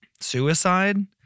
suicide